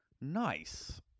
Nice